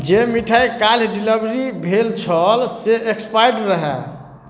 जे मिठाइ काल्हि डिलीवरी भेल छल से एक्सपायर्ड रहै